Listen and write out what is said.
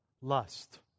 lust